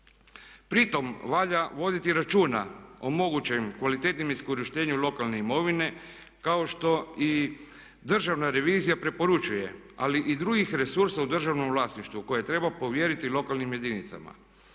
Pritom valja voditi računa o mogućoj kvaliteti iskorištenja lokalne imovine kao što i Državna revizija preporučuje, ali i drugih resursa u državnom vlasništvu koje treba povjeriti lokalnim jedinicama.